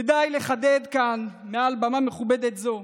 כדאי לחדד כאן, מעל במה מכובדת זו,